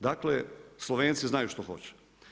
Dakle Slovenci znaju što hoće.